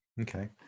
Okay